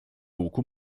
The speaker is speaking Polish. łuku